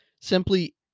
simply